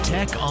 Tech